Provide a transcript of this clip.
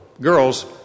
girls